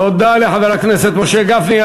תודה לחבר הכנסת משה גפני.